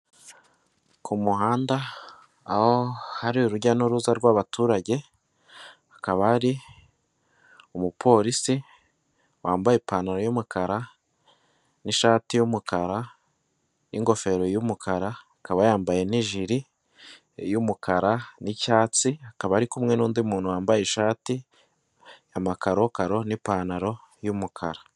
Ku muhanda aho hari urujya n'uruza rw'abaturage, hakaba hari umupolisi wambaye ipantaro y'umukara n'ishati y'umukara n'ingofero y'umukara, akaba yambaye n'ijiri y'umukara n'icyatsi, akaba ari kumwe n'undi muntu wambaye ishati y'amakarokaro n'ipantaro y'umukara.